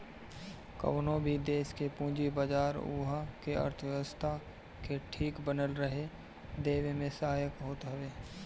कवनो भी देस के पूंजी बाजार उहा के अर्थव्यवस्था के ठीक बनल रहे देवे में सहायक होत हवे